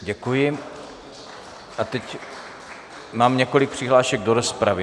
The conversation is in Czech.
Děkuji a teď mám několik přihlášek do rozpravy.